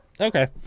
Okay